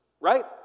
right